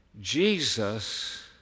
Jesus